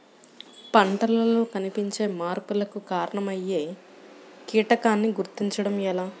పంటలలో కనిపించే మార్పులకు కారణమయ్యే కీటకాన్ని గుర్తుంచటం ఎలా?